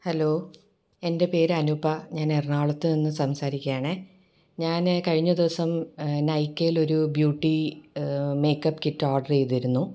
hello എൻ്റെ പേര് അനുപ ഞാൻ എറണാകുളത്തു നിന്ന് സംസാരിക്കാണേ ഞാൻ കഴിഞ്ഞ ദിവസം നൈകയിലൊരു ബ്യൂട്ടി മേക്കപ്പ് കിറ്റ് ഓഡറ് ചെയ്തിരുന്നു